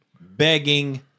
begging